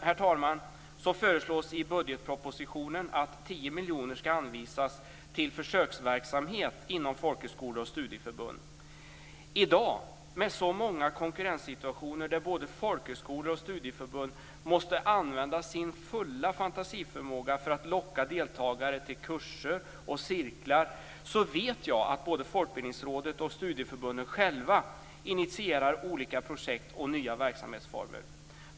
Slutligen föreslås i budgetpropositionen att 10 miljoner ska anvisas till försöksverksamhet inom folkhögskolor och studieförbund. I dag med så många konkurrenssituationer där både folkhögskolor och studieförbund måste använda sin fulla fantasiförmåga för att locka deltagare till kurser och cirklar vet jag att både Folkbildningsrådet och studieförbunden själva initierar olika projekt och nya verksamhetsformer.